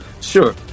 Sure